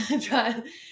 try